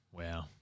Wow